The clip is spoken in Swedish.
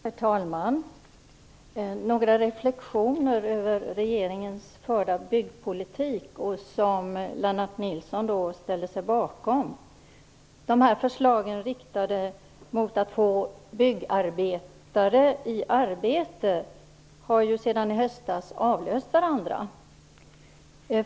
Herr talman! Jag vill göra några reflexioner över regeringens förda byggpolitik, som Lennart Nilsson ställde sig bakom. Förslagen som är inriktade mot att få byggarbetare i arbete har ju avlöst varandra sedan i höstas.